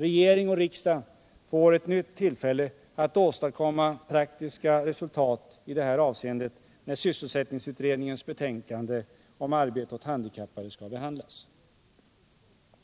Regering och riksdag får ett nytt tillfälle att åstadkomma praktiska resultat i detta avseende när sysselsättningsutredningens betänkande Arbete åt handikappade skall behandlas.